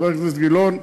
חבר הכנסת גילאון,